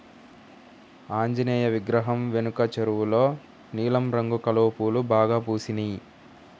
ఆంజనేయ విగ్రహం వెనకున్న చెరువులో నీలం రంగు కలువ పూలు బాగా పూసినియ్